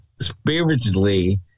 spiritually